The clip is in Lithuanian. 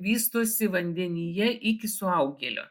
vystosi vandenyje iki suaugėlio